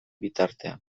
bitartean